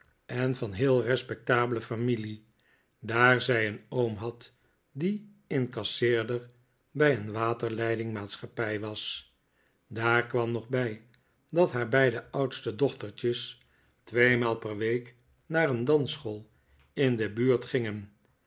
en van heel respectabele familie daar zij een oom had die incasseerder bij een waterleidingmaatschappij was daar kwam nog bij dat haar beide oudste dochtertjes tweemaal per week naar een dansschool in de buurt gingen